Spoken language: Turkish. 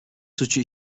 suçu